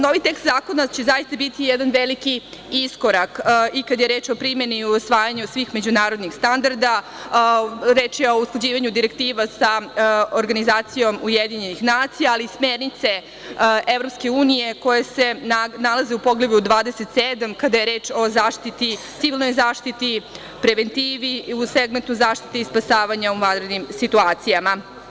Novi tekst zakona će zaista biti jedan veliki iskorak i kad je reč o primeni i usvajanju svih međunarodnih standarda, reč je o usklađivanju direktiva sa Organizacijom Ujedinjenih nacija, ali smernice EU koje se nalaze u Poglavlju 27 kada je reč o zaštititi, civilnoj zaštititi, preventivi i u segmentu zaštite i spasavanja u vanrednim situacijama.